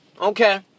Okay